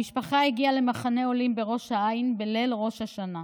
המשפחה הגיעה למחנה עולים בראש העין בליל ראש השנה.